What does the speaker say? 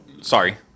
Sorry